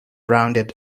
rounded